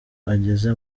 ageze